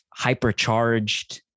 hypercharged